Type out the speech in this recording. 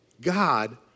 God